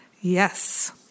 Yes